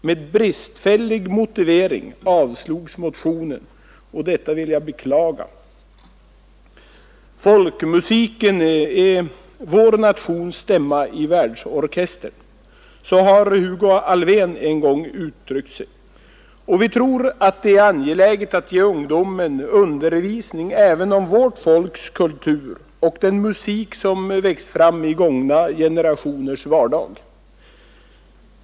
Med bristfällig motivering avstyrktes motionen, och detta vill jag beklaga. Folkmusiken är vår nations stämma i världsorkestern, som Hugo Alfvén en gång uttryckt sig, och vi tror att det är angeläget att ge ungdomen undervisning även om vårt folks kultur och den musik som växt fram i gångna generationers vardag.